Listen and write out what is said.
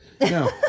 No